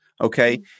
okay